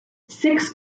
six